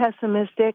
pessimistic